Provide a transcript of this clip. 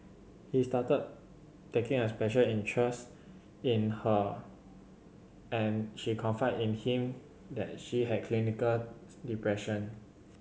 he started taking a special interest in her and she confided in him that she had clinical depression